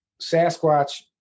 Sasquatch